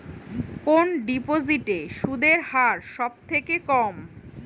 কোন ডিপোজিটে সুদের হার সবথেকে কম?